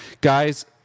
Guys